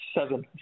seven